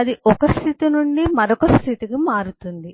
అది ఒక స్థితి నుండి మరొక స్థితికి మారుతుంది